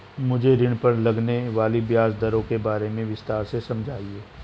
मुझे ऋण पर लगने वाली ब्याज दरों के बारे में विस्तार से समझाएं